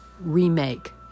remake